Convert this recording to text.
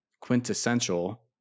quintessential